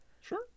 sure